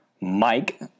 Mike